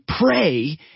pray